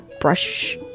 brush